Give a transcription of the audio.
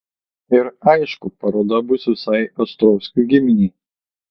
ir aišku paroda bus visai ostrovskių giminei